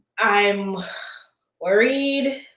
i'm worried.